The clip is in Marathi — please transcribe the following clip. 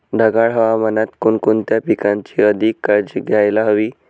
ढगाळ हवामानात कोणकोणत्या पिकांची अधिक काळजी घ्यायला हवी?